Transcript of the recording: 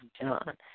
John